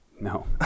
No